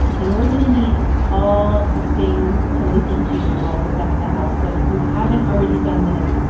and we're going to need all the things to listen to while we're stuck in the house. so if you haven't already done this,